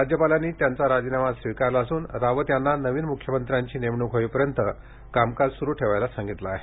राज्यपालांनी त्यांचा राजीनामा स्वीकारला असून रावत यांना नवीन मुख्यमंत्र्यांची नेमणूक होईपर्यंत कामकाज सुरू ठेवण्यास सांगितलं आहे